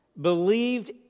believed